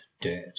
dirt